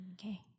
Okay